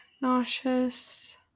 nauseous